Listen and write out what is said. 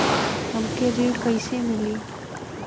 हमके ऋण कईसे मिली?